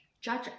Judge